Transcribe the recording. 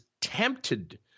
tempted